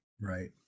right